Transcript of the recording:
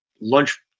lunch